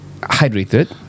hydrated